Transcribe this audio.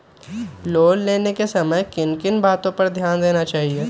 Loan लेने के समय किन किन वातो पर ध्यान देना चाहिए?